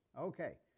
Okay